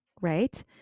right